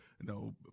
no